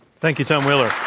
thank you, tom wheeler.